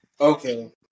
Okay